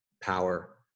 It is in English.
power